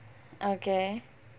okay